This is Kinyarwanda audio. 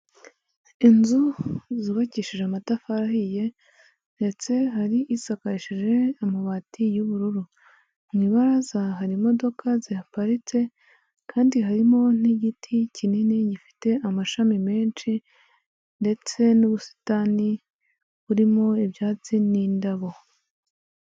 Inzu zubakishije amatafari ahiye, ndetse hari isakaje amabati y'ubururu. Mu ibaraza hari imodoka zihaparitse kandi harimo n'igiti kinini gifite amashami menshi, ndetse n'ubusitani burimo ibyatsi n'indabo.